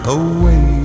away